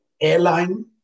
airline